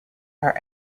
are